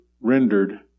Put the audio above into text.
rendered